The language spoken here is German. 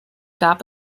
gab